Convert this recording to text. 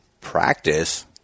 practice